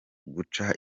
guca